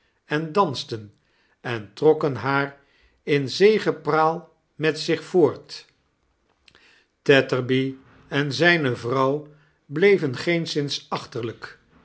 en dansten en trokken haar in zegepraal met zich voort tetterby en zrjne vrouw bleven geenszins achterlqk